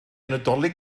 nadolig